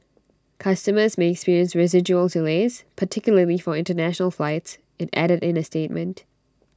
customers may experience residual delays particularly for International flights IT added in A statement